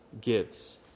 gives